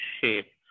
shape